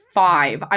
five